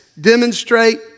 demonstrate